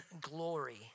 glory